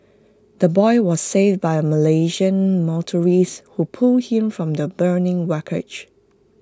the boy was saved by A Malaysian motor who pulled him from the burning wreckage